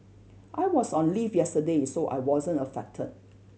I was on leave yesterday so I wasn't affected